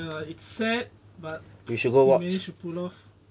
ya is sad but he managed to pull off